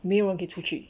没有人可以出去